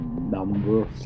number